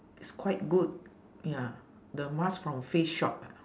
it's quite good ya the mask from face shop